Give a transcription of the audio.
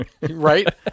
right